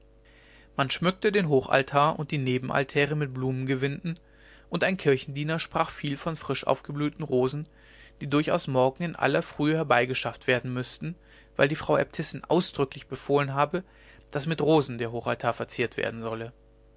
man schmückte den hochaltar und die nebenaltäre mit blumengewinden und ein kirchendiener sprach viel von frisch aufgeblühten rosen die durchaus morgen in aller frühe herbeigeschafft werden müßten weil die frau äbtissin ausdrücklich befohlen habe daß mit rosen der hochaltar verziert werden solle